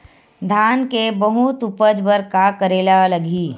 धान के बहुत उपज बर का करेला लगही?